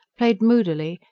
played moodily,